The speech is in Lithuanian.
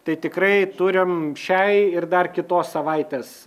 tai tikrai turim šiai ir dar kitos savaitės